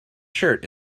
shirt